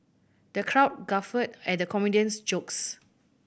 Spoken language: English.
the crowd guffawed at the comedian's jokes